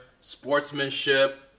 sportsmanship